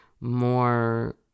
more